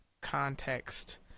context